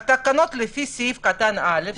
תקנות לפי סעיף קטן (א),